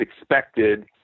expected